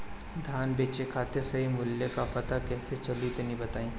धान बेचे खातिर सही मूल्य का पता कैसे चली तनी बताई?